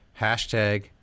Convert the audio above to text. Hashtag